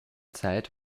zeit